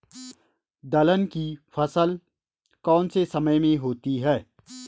दलहन की फसल कौन से समय में होती है?